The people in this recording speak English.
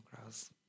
gross